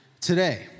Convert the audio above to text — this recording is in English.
today